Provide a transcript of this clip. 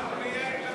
חזרנו ליאיר לפיד.